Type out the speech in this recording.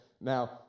Now